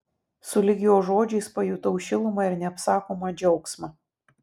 sulig jo žodžiais pajutau šilumą ir neapsakomą džiaugsmą